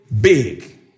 big